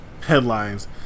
headlines